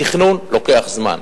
התכנון לוקח זמן.